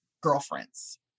girlfriends